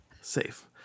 safe